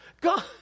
God